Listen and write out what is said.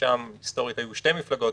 ששם היסטורית היו שתי מפלגות,